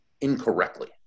incorrectly